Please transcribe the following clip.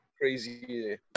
Crazy